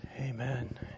Amen